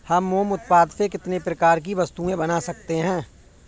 हम मोम उत्पाद से कितने प्रकार की वस्तुएं बना सकते हैं?